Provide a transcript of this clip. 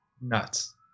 nuts